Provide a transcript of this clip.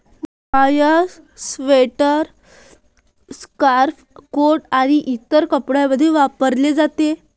mohair sweater, scarf, coat आणि इतर कपड्यांमध्ये वापरले जाते